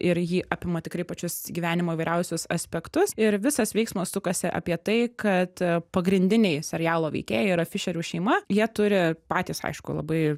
ir jį apima tikrai pačius gyvenimo įvairiausius aspektus ir visas veiksmas sukasi apie tai kad pagrindiniai serialo veikėjai afišerių šeima jie turi patys aišku labai